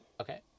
Okay